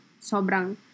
sobrang